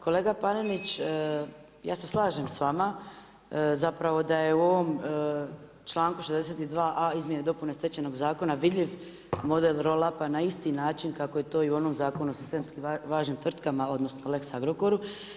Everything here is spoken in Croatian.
Kolega Panenić, ja se slažem sa vama zapravo da je u ovom članku 62a. izmjene i dopune Stečajnog zakona vidljiv model roll upa na isti način kako je to i u onom zakonu sistemski važnim tvrtkama, odnosno Lex Agrokoru.